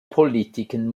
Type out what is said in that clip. politiken